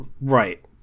Right